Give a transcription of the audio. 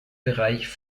bereich